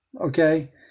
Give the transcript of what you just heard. okay